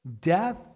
Death